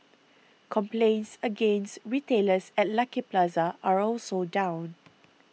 complaints against retailers at Lucky Plaza are also down